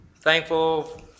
Thankful